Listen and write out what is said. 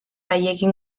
haiekin